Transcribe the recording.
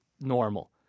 normal